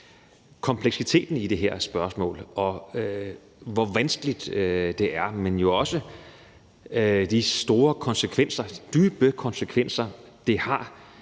kompleksiteten i det her spørgsmål, og hvor vanskeligt det er, men jo også de store konsekvenser, dybe konsekvenser, det har